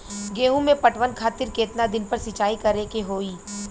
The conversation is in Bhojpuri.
गेहूं में पटवन खातिर केतना दिन पर सिंचाई करें के होई?